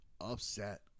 upset